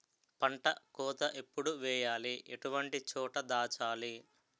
పంట కోత ఎప్పుడు చేయాలి? ఎటువంటి చోట దాచాలి?